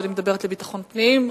ואני מדברת על ביטחון פנים,